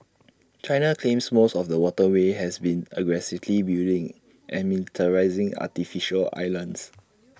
China claims most of the waterway and has been aggressively building and militarising artificial islands